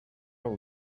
will